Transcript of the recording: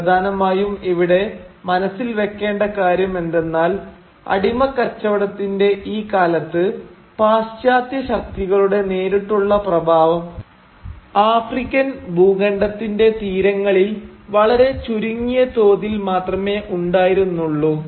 പ്രധാനമായും ഇവിടെ മനസ്സിൽ വെക്കേണ്ട കാര്യം എന്തെന്നാൽ അടിമക്കച്ചവടത്തിൻറെ ഈ കാലത്ത് പാശ്ചാത്യ ശക്തികളുടെ നേരിട്ടുള്ള പ്രഭാവം ആഫ്രിക്കൻ ഭൂഖണ്ഡത്തിന്റെ തീരങ്ങളിൽ വളരെ ചുരുങ്ങിയ തോതിൽ മാത്രമേ ഉണ്ടായിരുന്നുള്ളു